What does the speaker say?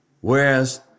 Whereas